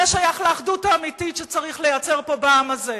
זה שייך לאחדות האמיתית שצריך לייצר פה בעם הזה,